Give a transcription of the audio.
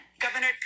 Governor